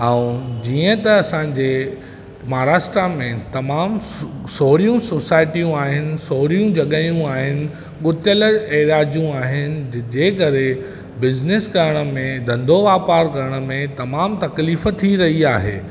ऐं जीअं त असांजे महाराष्ट्र में तमामु सोरहियूं सोसाइटियूं आहिनि सोरहियूं जॻाहियूं आहिनि गुतयल राजियूं अहिनि जे करे बिज़नेस करण में धंधो वापार करण में तमामु तकलीफ़ थी रही आहे